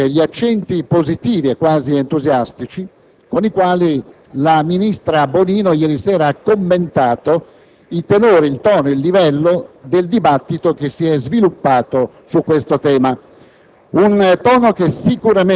desidero condividere anche gli accenti positivi e quasi entusiastici con i quali la ministra Bonino ieri sera ha commentato il tenore, il tono, il livello del dibattito che si è sviluppato su questo tema;